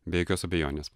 be jokios abejonės